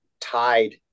tied